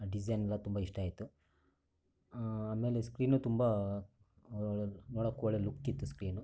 design ಎಲ್ಲ ತುಂಬ ಇಷ್ಟ ಆಯ್ತು ಆಮೇಲೆ ಸ್ಕ್ರೀನು ತುಂಬ ಒಳ್ಳೆ ನೋಡೋಕೆ ಒಳ್ಳೆ ಲುಕ್ ಇತ್ತು ಸ್ಕ್ರೀನು